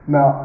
Now